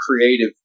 creative